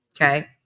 okay